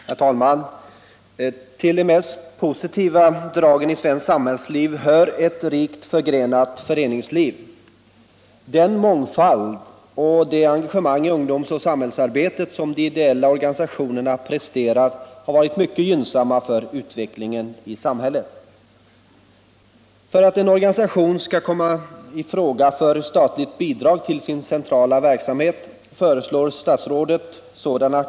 Herr talman! Till de mest positiva dragen i svenskt samhällsliv hör ett rikt förgrenat föreningsliv. Den mångfald och det engagemang i ungdoms och samhällsarbetet som de ideella organisationerna presterar har varit mycket gynnsamma för utvecklingen i samhället. För att en organisation skall kunna komma i fråga för statligt bidrag till sin centrala verksamhet föreslår statsrådet sådana.